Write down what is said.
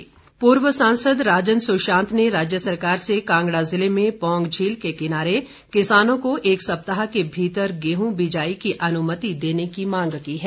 राजन सुशांत पूर्व सांसद राजन सुशांत ने राज्य सरकार से कांगड़ा ज़िले में पौंग झील के किनारे किसानों को एक सप्ताह के भीतर गेंह बिजाई की अनुमति देने की मांग की है